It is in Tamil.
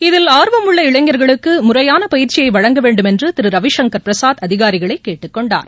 இதில் ஆர்வம் உள்ள இளைஞர்களுக்கு முறையான பயிற்சியை வழங்க வேண்டும் என்று திரு ரவிசங்கர் பிரசாத் அதிகாரிகளை கேட்டுக்கொண்டார்